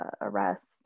arrest